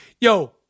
Yo